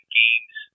games